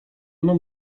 mam